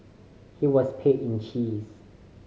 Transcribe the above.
he was paid in cheese